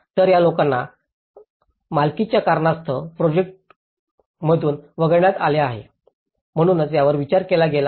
तर या लोकांना मालकीच्या कारणास्तव प्रोजेक्टातून वगळण्यात आले आहे म्हणूनच याचा विचार केला गेला आहे